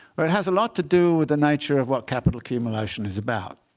well, it has a lot to do with the nature of what capital accumulation is about.